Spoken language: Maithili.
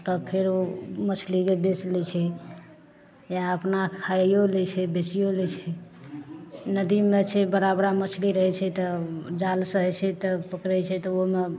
तब फेर ओ मछलीके बेच लै छै या अपना खाइयो लै छै बेचियो लै छै नदीमे छै बड़ा बड़ा मछली रहै छै तब ओ जाल से जे छै तऽ पकड़ै छै ओहिमे